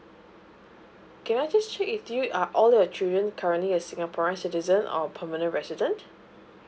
can I just check with you err all your children currently is singaporean citizen or permanent resident